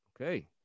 Okay